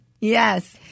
yes